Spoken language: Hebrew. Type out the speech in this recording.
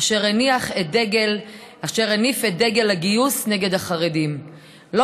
אשר הניף את דגל הגיוס נגד החרדים לא